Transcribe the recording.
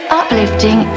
uplifting